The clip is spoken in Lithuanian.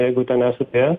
jeigu ten esate